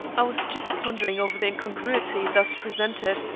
i was just pondering over the incongruity thus presented,